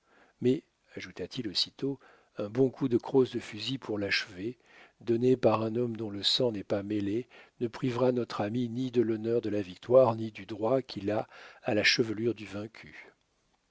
mais ajouta-t-il aussitôt un bon coup de crosse de fusil pour l'achever donné par un homme dont le sang n'est pas mêlé ne privera notre ami ni de l'honneur de la victoire ni du droit qu'il a à la chevelure du vaincu